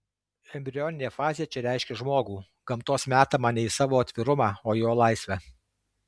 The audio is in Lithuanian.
embrioninė fazė čia reiškia žmogų gamtos metamą ne į savo atvirumą o į jo laisvę